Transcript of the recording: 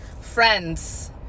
Friends